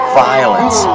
violence